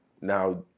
Now